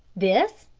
this,